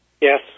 Yes